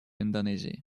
индонезии